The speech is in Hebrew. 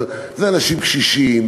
אבל זה אנשים קשישים,